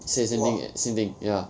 say the same thing eh same thing ya